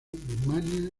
birmania